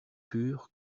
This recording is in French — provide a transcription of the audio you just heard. pur